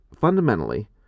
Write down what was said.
fundamentally